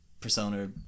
persona